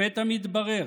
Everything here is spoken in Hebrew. לפתע מתברר